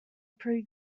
pre